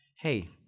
hey